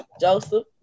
Joseph